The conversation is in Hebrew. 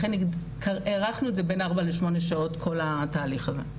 לכן הערכנו את זה לבין ארבע לשמונה שעות עבור כל התהליך הזה.